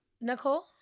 Nicole